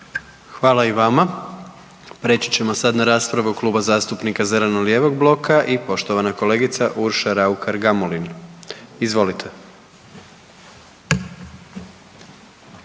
Hvala i vama. Preći ćemo sad na raspravu Kluba zastupnika zeleno-lijevog bloka i poštivana kolegica Urša Raukar-Gamulin, izvolite.